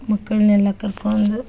ಮಕ್ಕಳನ್ನೆಲ್ಲ ಕರ್ಕೊಂದು